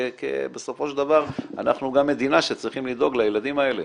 בסופו של דבר אנחנו גם מדינה שצריכה לדאוג לילדים האלה.